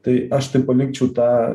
tai aš tai palikčiau tą